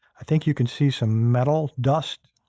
i think you can see some metal dust